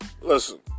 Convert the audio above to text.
Listen